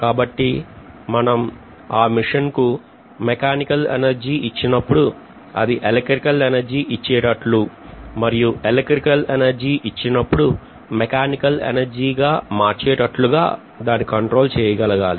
కాబట్టి మనం ఆ మిషన్ కు మెకానికల్ ఎనర్జీ ఇచ్చినప్పుడు అది ఎలక్ట్రికల్ ఎనర్జీ ఇచ్చేటట్లు మరియు ఎలక్ట్రికల్ ఎనర్జీ ఇచ్చినప్పుడు మెకానికల్ ఎనర్జీ గా మార్చేటట్లుగా దాన్ని కంట్రోల్ చేయగలగాలి